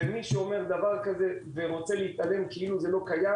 ומי שרוצה לומר דבר כזה כאילו זה לא קיים